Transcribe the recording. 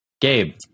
Gabe